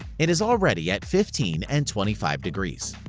it is already at fifteen and twenty five degrees.